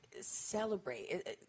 celebrate